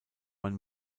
man